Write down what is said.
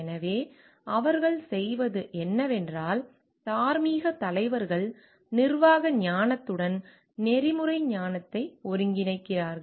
எனவே அவர்கள் செய்வது என்னவென்றால் தார்மீகத் தலைவர்கள் நிர்வாக ஞானத்துடன் நெறிமுறை ஞானத்தை ஒருங்கிணைக்கிறார்கள்